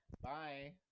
Bye